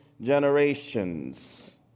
generations